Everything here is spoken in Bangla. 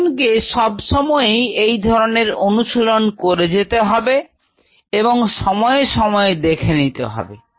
একজনকে সবসময়ই এই ধরনের অনুশীলন করে যেতে হবে এবং সময়ে সময়ে দেখে নিতে হবে